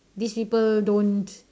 these people don't